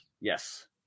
Yes